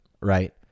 Right